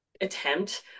attempt